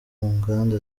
nganda